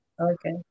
Okay